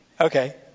okay